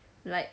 like